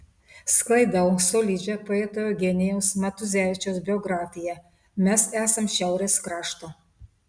sklaidau solidžią poeto eugenijaus matuzevičiaus biografiją mes esam šiaurės krašto